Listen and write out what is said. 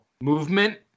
movement